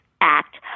act